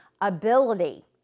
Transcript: ability